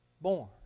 born